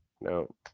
No